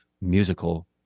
musical